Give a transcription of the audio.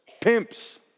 pimps